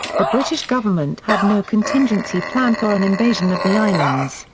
the british government had no contingency plan for an invasion of the islands,